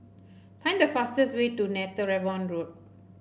find the fastest way to Netheravon Road